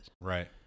Right